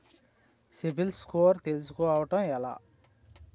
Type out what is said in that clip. CIBIL score తెల్సుకోటం ఎలా?